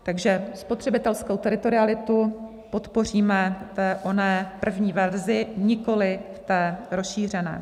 Takže spotřebitelskou teritorialitu podpoříme v té oné první verzi, nikoli v té rozšířené.